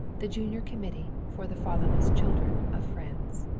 the junior committee for the fatherless children of france.